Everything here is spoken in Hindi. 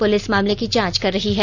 पुलिस मामले की जांच कर रही है